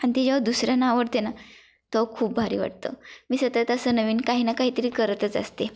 आणि ते जेव्हा दुसऱ्यांना आवडते ना तेव्हा खूप भारी वाटतं मी सतत असं नवीन काही ना काहीतरी करतच असते